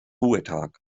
ruhetag